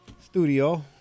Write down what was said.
studio